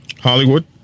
Hollywood